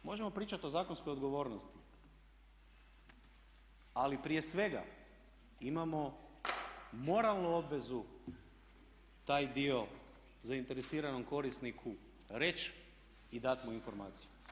Možemo pričati o zakonskoj odgovornosti, ali prije svega imamo moralnu obvezu taj dio zainteresiranom korisniku reći i dati mu informaciju.